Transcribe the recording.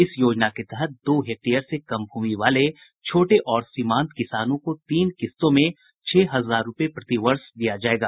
इस योजना के तहत दो हेक्टेयर से कम भूमि वाले छोटे और सीमांत किसानों को तीन किस्तों में छह हजार रूपये प्रति वर्ष दिया जायेगा